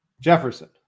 Jefferson